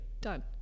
done